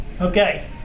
Okay